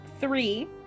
three